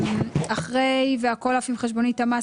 אחרי "והכל אף אם חשבונית המס,